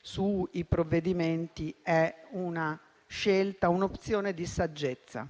sui provvedimenti è una scelta, un'opzione di saggezza.